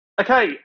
Okay